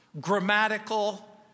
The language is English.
grammatical